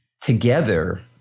together